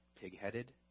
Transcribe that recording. pig-headed